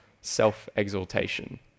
self-exaltation